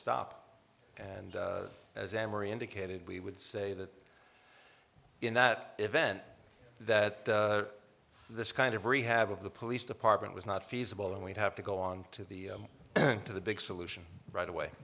stop and as emery indicated we would say that in that event that this kind of rehab of the police department was not feasible and we'd have to go on to the to the big solution right away